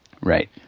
Right